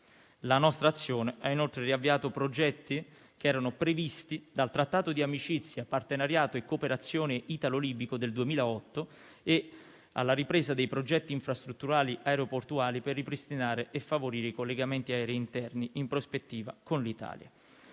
La nostra azione ha inoltre avviato progetti che erano previsti dal Trattato di amicizia, partenariato e cooperazione italo-libico del 2008 e la ripresa dei progetti infrastrutturali aeroportuali per ripristinare e favorire i collegamenti aerei interni in prospettiva con l'Italia.